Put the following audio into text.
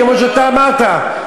כמו שאתה אמרת.